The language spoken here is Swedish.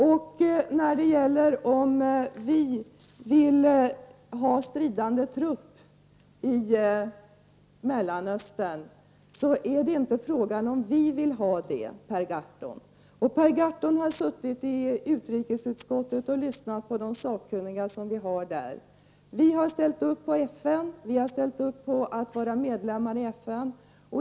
Sedan är det här inte fråga om huruvida vi vill ha stridande trupp i Mellanöstern, Per Gahrton. Per Gahrton har suttit i utrikesutskottet och lyssnat på de sakkunniga. Vi har ställt upp för FN. Vi har ställt upp på att vara medlemmar i FN.